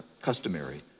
customary